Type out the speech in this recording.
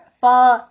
fall